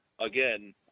again